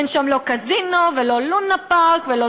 אין שם לא קזינו ולא לונה-פארק ולא